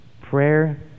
Prayer